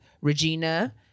Regina